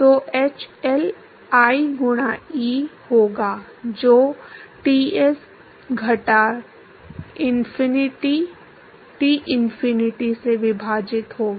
तो hL I गुणा E होगा जो Ts घटा T इनफिनिटी से विभाजित होगा